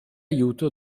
aiuto